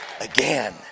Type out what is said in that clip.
Again